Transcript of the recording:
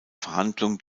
verhandlung